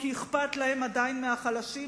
כי אכפת להם עדיין מהחלשים,